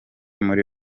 muri